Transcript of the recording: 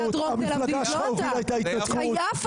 -- תושבי דרום תל אביב וההתנתקות זה פחות